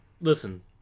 listen